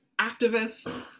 activists